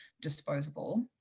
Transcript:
disposable